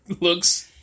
looks